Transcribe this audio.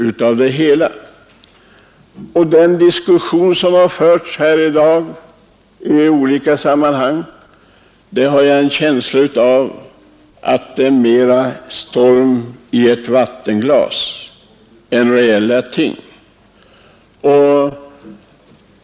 Jag har en känsla av att den diskussion som förts här i dag i olika sammanhang mera är en storm i ett vattenglas än en diskussion om reella ting.